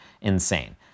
insane